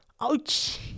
Ouch